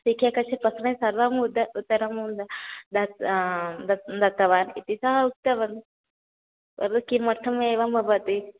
एकैकस्य प्रश्ने सर्वं उत्तरं दत्तवान् इति सः उक्तवान् तद् किमर्थम् एवं भवति